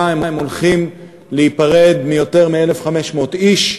הם הולכים להיפרד מיותר מ-1,500 איש.